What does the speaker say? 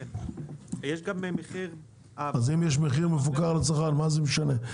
אם יש מחיר מפוקח לצרכן, מה זה משנה?